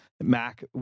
Mac